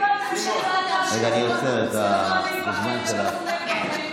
אני עוצר את הנאום שלך.